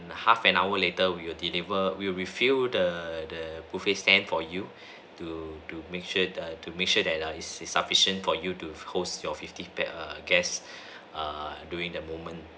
half an hour later we will deliver we will refill the the buffet stand for you to to make sure the to make sure that is is sufficient for you to host your fifty err guests err during the moment